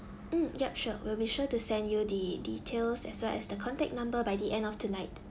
mm yup sure we'll be sure to send you the details as well as the contact number by the end of tonight